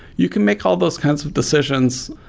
you can make all those kinds of decisions,